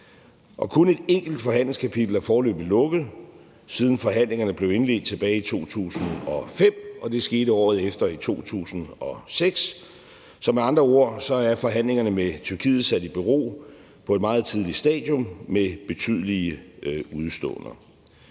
Kun et enkelt forhandlingskapitel er foreløbig lukket, siden forhandlingerne blev indledt tilbage i 2005, og det skete året efter i 2006. Så med andre ord er forhandlingerne med Tyrkiet sat i bero på et meget tidligt stadium med betydelige udeståender.